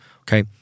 Okay